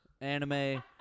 anime